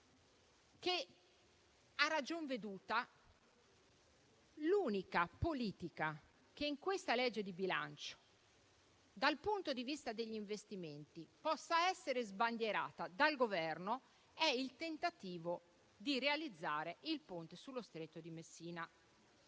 che, a ragion veduta, l'unica politica che in questa legge di bilancio, dal punto di vista degli investimenti, possa essere sbandierata dal Governo sia il tentativo di realizzare il Ponte sullo Stretto di Messina,